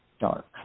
dark